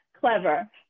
clever